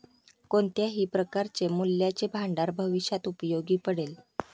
कोणत्याही प्रकारचे मूल्याचे भांडार भविष्यात उपयोगी पडेल